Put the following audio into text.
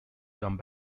come